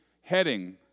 heading